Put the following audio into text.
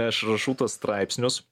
aš rašau tuos straipsnius